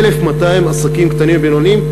1,200 עסקים קטנים ובינוניים.